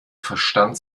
verstand